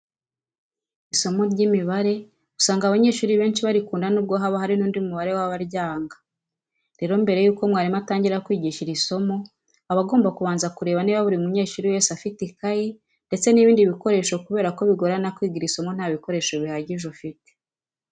Isomo ry'imibare usanga abanyeshuri benshi barikunda nubwo haba hari n'undi mubare w'abaryanga. Rero mbere yuko mwarimu atangira kwigisha iri somo, aba agomba kubanza kureba niba buri munyeshuri wese afite ikayi ndetse n'ibindi bikoresho kubera ko bigorana kwiga iri somo nta bikoresho bihagije ufite.